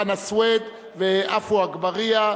חנא סוייד ועפו אגבאריה.